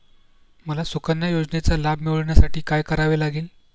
मला सुकन्या योजनेचा लाभ मिळवण्यासाठी काय करावे लागेल?